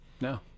No